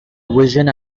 vision